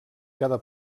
cada